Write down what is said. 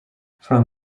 from